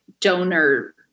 donor